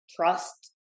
trust